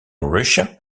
russia